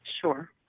Sure